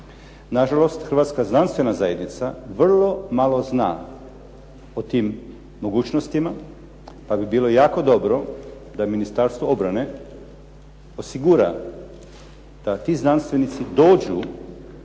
Na žalost, Hrvatska znanstvena zajednica vrlo malo zna o tim mogućnostima, pa bi bilo jako dobro da Ministarstvo obrane osigura da ti znanstvenici dođu